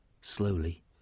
slowly